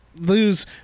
lose